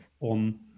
on